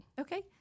Okay